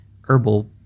herbal